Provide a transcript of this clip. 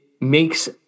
makes